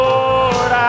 Lord